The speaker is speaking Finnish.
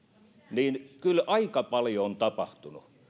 niin että kyllä aika paljon on tapahtunut